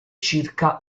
circa